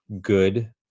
good